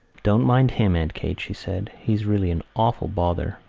don't mind him, aunt kate, she said. he's really an awful bother,